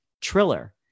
Triller